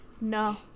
No